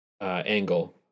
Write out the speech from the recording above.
angle